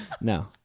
No